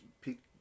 peak